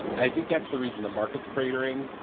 i think that's the reason the market's cratering.